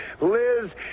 Liz